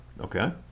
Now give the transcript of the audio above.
okay